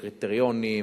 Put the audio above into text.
קריטריונים,